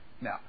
Now